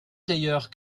d’ailleurs